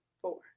four